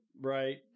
right